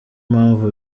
mpamvu